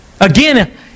again